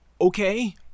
Okay